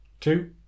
Two